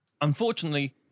Unfortunately